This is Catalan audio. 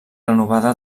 renovada